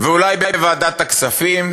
ואולי בוועדת הכספים,